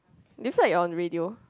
do you feel like you're on radio